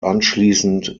anschließend